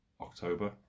October